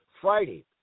Friday